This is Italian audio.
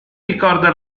ricorda